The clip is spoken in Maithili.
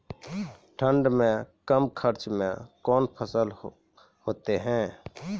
ठंड मे कम खर्च मे कौन फसल होते हैं?